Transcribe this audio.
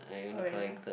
oh really ah